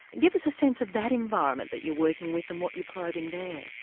give us a sense of that environment that you're working with and what you're probing there?